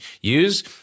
use